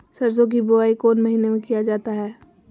सरसो की बोआई कौन महीने में किया जाता है?